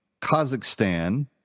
Kazakhstan